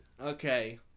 Okay